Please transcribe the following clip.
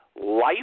life